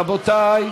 רבותי,